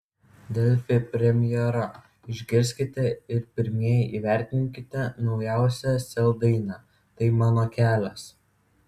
delfi premjera išgirskite ir pirmieji įvertinkite naujausią sel dainą tai mano kelias